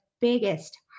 biggest